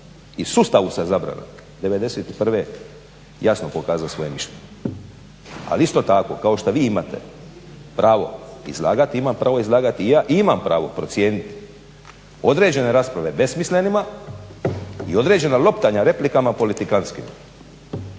i sustavu zabrana '91. jasno pokazao svoje mišljenje. Ali isto tako kao što vi imate pravo izlagati imam pravo izlagati i ja i imam pravo procijeniti određene rasprave besmislenima i određena loptanja replikama politikantskim,